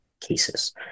cases